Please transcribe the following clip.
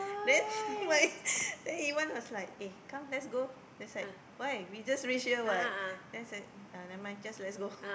then my then Iwan was like eh come let's go then is like why we just reach here [what] uh then he say nevermind just let's go